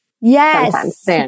Yes